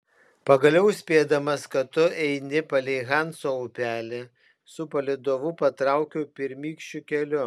pagaliau spėdamas kad tu eini palei hanso upelį su palydovu patraukiau pirmykščiu keliu